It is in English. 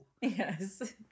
Yes